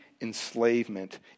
enslavement